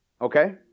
Okay